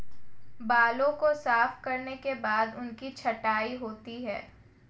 बालों को साफ करने के बाद उनकी छँटाई होती है